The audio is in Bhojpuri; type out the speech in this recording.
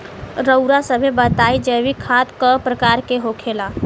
रउआ सभे बताई जैविक खाद क प्रकार के होखेला?